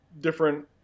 different